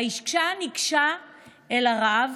האישה ניגשה אל הרב,